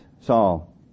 Saul